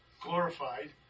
glorified